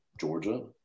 Georgia